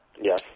Yes